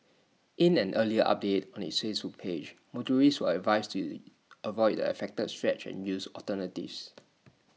in an earlier update on its page motorists were advised to avoid the affected stretch and use alternatives